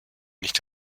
nicht